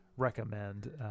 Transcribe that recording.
recommend